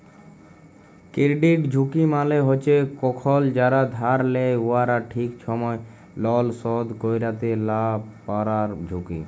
credit ঝুঁকি মালে হছে কখল যারা ধার লেয় উয়ারা ঠিক ছময় লল শধ ক্যইরতে লা পারার ঝুঁকি